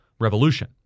revolution